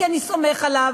כי אני סומך עליו.